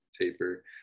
taper